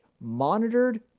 monitored